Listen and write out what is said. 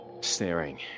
staring